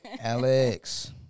Alex